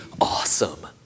awesome